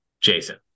jason